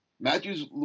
Matthews